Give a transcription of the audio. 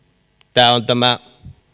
tämä on tämä